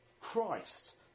Christ